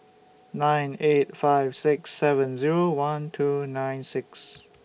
nine eight five six seven Zero one two nine six